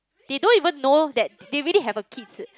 they don't even know that they already have a kids